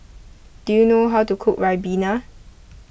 do you know how to cook Ribena